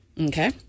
Okay